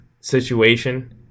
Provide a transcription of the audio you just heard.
situation